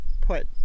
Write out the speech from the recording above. put